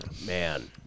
Man